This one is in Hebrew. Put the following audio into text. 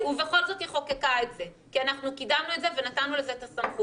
ובכל זאת היא חוקקה את זה כי אנחנו קידמנו את זה ונתנו לזה את הסמכות.